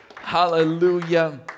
Hallelujah